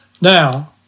Now